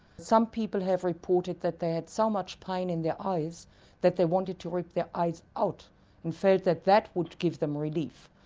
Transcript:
some people have reported that they had so much pain in their eyes that they wanted to rip their eyes out and felt that that would give them relief.